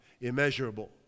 Immeasurable